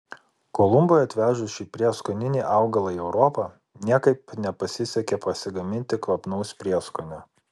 kolumbui atvežus šį prieskoninį augalą į europą niekaip nepasisekė pasigaminti kvapnaus prieskonio